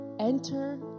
enter